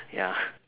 ya